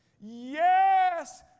Yes